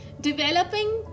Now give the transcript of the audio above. developing